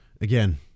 Again